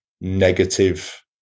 negative